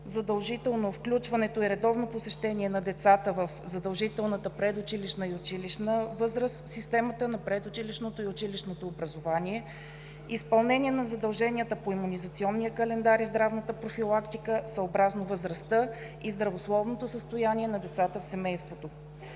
задължителното включване и редовно посещение на децата в предучилищна и училищна възраст в системата на предучилищното и училищното образование, изпълнение на задълженията по Имунизационния календар и здравната профилактика съобразно възрастта и здравословното състояние на децата в семейството.